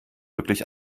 wirklich